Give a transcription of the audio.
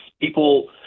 people